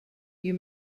you